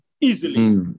easily